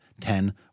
ten